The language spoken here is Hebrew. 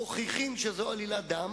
מוכיחים שזו עלילת דם,